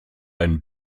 ein